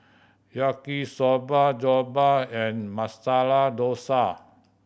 Yaki Soba Jokbal and Masala Dosa